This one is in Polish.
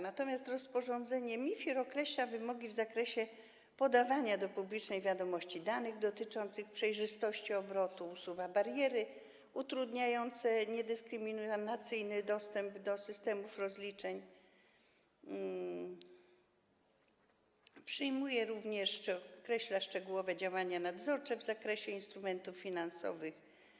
Natomiast rozporządzenie MIFIR określa wymogi w zakresie podawania do publicznej wiadomości danych dotyczących przejrzystości obrotu, usuwa bariery utrudniające niedyskryminacyjny dostęp do systemów rozliczeń, przyjmuje czy określa szczegółowe działania nadzorcze w zakresie instrumentów finansowych.